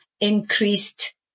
increased